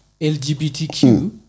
LGBTQ